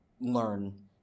learn